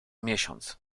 miesiąc